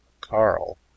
Carl